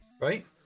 right